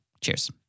Cheers